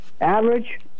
average